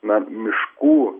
na miškų